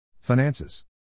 Finances